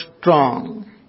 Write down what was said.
strong